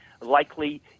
likely